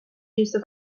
used